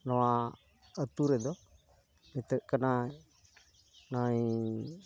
ᱱᱚᱣᱟ ᱟᱛᱩᱨᱮᱫᱚ ᱱᱤᱛᱟᱹᱜ ᱠᱟᱱᱟ ᱱᱚᱣᱟ ᱤᱧ